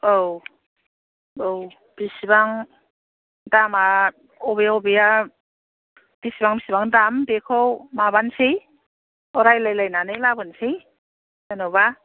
औ औ बिसिबां दामआ अबे अबेआ बिसिबां बिसिबां दाम बेखौ माबानोसै रायज्लायलायनानै लाबोनोसै जेन'बा